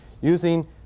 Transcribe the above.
Using